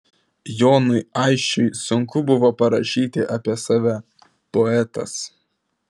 jonui aisčiui sunku buvo parašyti apie save poetas